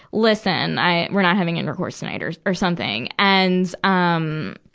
listen. i, we're not having intercourse tonight, or, or something. and, um,